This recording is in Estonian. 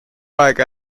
aeg